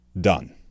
done